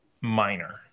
minor